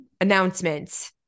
announcements